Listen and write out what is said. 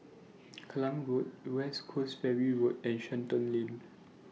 Klang Road West Coast Ferry Road and Shenton Lane